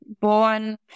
born